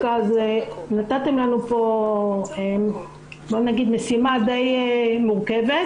נתתם לנו פה משימה די מורכבת.